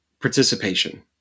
participation